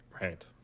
Right